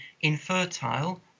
infertile